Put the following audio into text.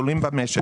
במשק.